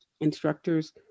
instructors